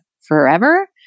forever